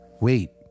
wait